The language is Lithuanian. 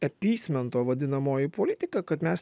epysmento vadinamoji politika kad mes